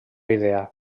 idea